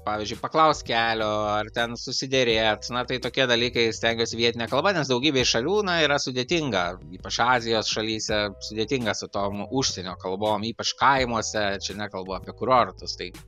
pavyžiui paklaust kelio ar ten susiderėt na tai tokie dalykai stengiuosi vietine kalba nes daugybei šalių na yra sudėtinga ypač azijos šalyse sudėtinga su tom užsienio kalbom ypač kaimuose čia nekalbu apie kurortus tai